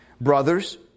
Brothers